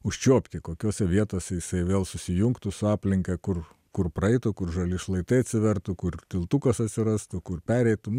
užčiuopti kokiose vietose jisai vėl susijungtų su aplinka kur kur praeitų kur žali šlaitai atsivertų kur tiltukas atsirastų kur pereitum